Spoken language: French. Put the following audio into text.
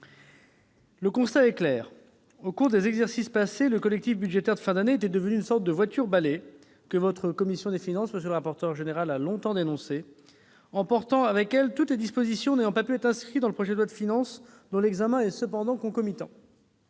Le constat est clair : au cours des exercices passés, le collectif budgétaire de fin d'année était devenu une sorte de « voiture-balai »- votre commission des finances, monsieur le rapporteur général, l'a longtemps dénoncé -, emportant avec elle toutes les dispositions n'ayant pas pu être inscrites dans le projet de loi de finances dont l'examen est cependant concomitant.